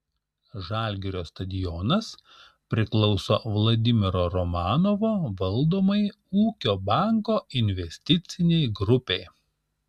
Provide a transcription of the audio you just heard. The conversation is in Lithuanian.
žalgirio stadionas priklauso vladimiro romanovo valdomai ūkio banko investicinei grupei